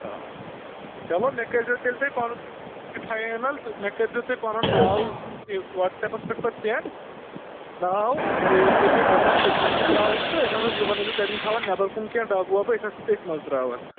آ چلو مےٚ کٔرۍزیو تیٚلہِ تُہۍ پَنُن یہِ فاینَل تہٕ مےٚ کٔرۍزیو تُہۍ پَنُن ناو یہِ وَٹسیپَس پٮ۪ٹھ پَتہٕ سٮ۪نٛڈ ناو بیٚیہِ کٔرۍزیو اٮ۪ڈرَس کوٚتنَس چھِ ترٛاوُن تہٕ أسۍ آسو صُبحَن ٲسۍزیو تَمہِ تھاوان نیٚبَر کُن کیٚنہہ ڈَبہٕ وَبہٕ أسۍ آسو تٔتھۍ منٛز ترٛاوان